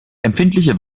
empfindliche